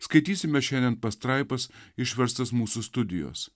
skaitysime šiandien pastraipas išverstas mūsų studijos